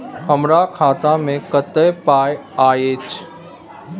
हमरा खाता में कत्ते पाई अएछ?